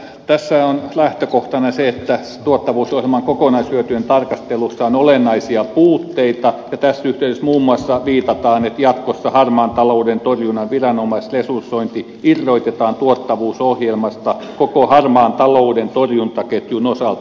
tässä on lähtökohtana se että tuottavuusohjelman kokonaishyötyjen tarkastelussa on olennaisia puutteita ja tässä yhteydessä muun muassa viitataan että jatkossa harmaan talouden torjunnan viranomaisresursointi irrotetaan tuottavuusohjelmasta koko harmaan talouden torjuntaketjun osalta